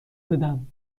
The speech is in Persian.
بدم